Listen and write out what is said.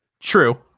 True